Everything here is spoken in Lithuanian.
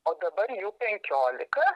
o dabar jų penkiolika